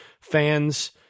fans